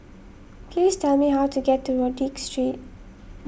please tell me how to get to Rodyk Street